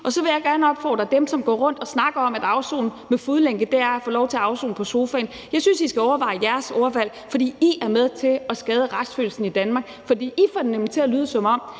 komme med en opfordring til dem, der går rundt og snakker om, at det at afsone med fodlænke er at få lov til at afsone på sofaen: Jeg synes, I skal overveje jeres ordvalg, for I er med til at skade retsfølelsen i Danmark, for I får det nemlig til at lyde, som om